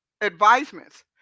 advisements